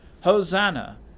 Hosanna